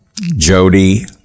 Jody